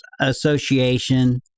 association